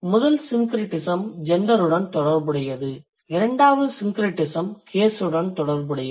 முதல் syncretism ஜெண்டருடன் தொடர்புடையது இரண்டாவது syncretism கேஸ் உடன் தொடர்புடையது